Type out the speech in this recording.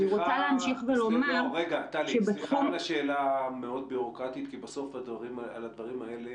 סליחה על השאלה המאוד בירוקרטית כי בסוף על הדברים האלה